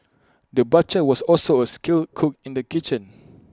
the butcher was also A skilled cook in the kitchen